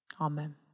Amen